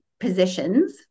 positions